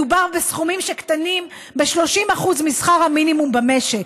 מדובר בסכומים שקטנים ב-30% משכר המינימום במשק,